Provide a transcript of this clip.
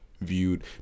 viewed